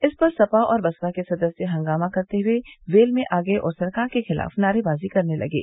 इस पर सपा और बसपा के सदस्य हंगामा करते हुए वेल में आ गये और सरकार के खिलाफ नारेबाजी करने लगे